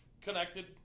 connected